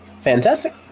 Fantastic